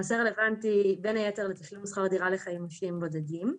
הנושא רלוונטי בין היתר לתשלום שכר דירה לחיילים משוחררים בודדים.